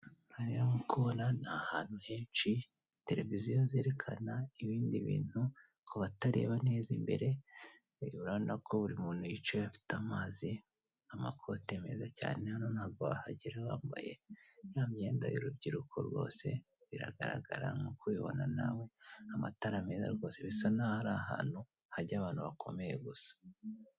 Hano rero nk'uko ubibona ni ahantu henshi televiziyo zerekana ibindi bintu kutareba neza imbere, urabona ko buri muntu yicaye afite amazi, amakoti meza cyane, hano ntabwo wahagera wambaye ya myenda y'urubyiruko rwose, biragaragara nk'uko ubibona nawe amatara meza rwose bisa naho ari ahantu hajya abantu bakomeye gusa.